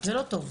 זה לא טוב.